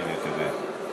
אני מקווה,